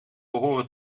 behoren